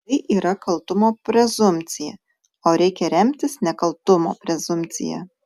tai yra kaltumo prezumpcija o reikia remtis nekaltumo prezumpcija